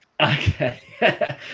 Okay